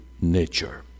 nature